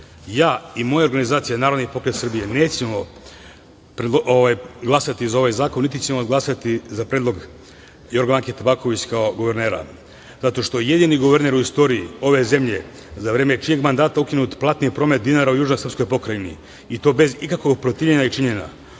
i moja organizacija Narodni pokret Srbije nećemo glasati za ovaj zakon, niti ćemo glasati za predlog Jorgovanke Tabaković kao guvernera zato što je jedini guverner u istoriji ove zemlje, za vreme čijeg mandata je ukinut platni promet dinara u južnoj srpskoj Pokrajni i to bez ikakvog protivljenja i činjenja,